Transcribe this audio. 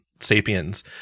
sapiens